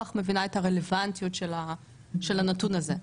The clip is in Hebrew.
כך מבינה את הרלוונטיות של הנתון הזה.